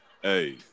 Hey